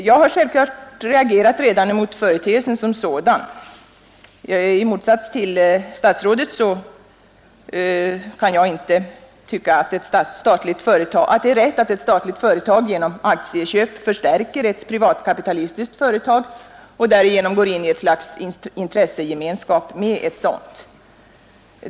Jag har självklart reagerat redan mot företeelsen som sådan — i motsats till statsrådet kan jag inte tycka att det är rätt att ett statligt företag genom aktieköp förstärker ett privatkapitalistiskt företag och därigenom går in i ett slags intressegemenskap med ett sådant.